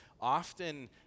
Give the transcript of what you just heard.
Often